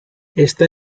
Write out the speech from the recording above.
está